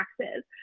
taxes